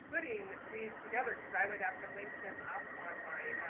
putting these together. cause i would have to link them up on my